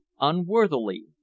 unworthily